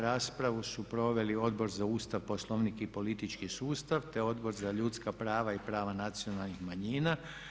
Raspravu su proveli Odbor za Ustav, Poslovnik i politički sustav te Odbor za ljudska prava i prava nacionalnih manjina.